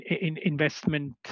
investment